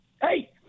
Hey